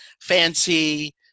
fancy